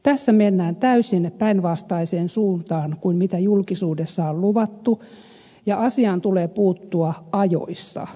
tässä mennään täysin päinvastaiseen suuntaan kuin julkisuudessa on luvattu ja asiaan tulee puuttua ajoissa